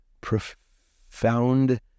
profound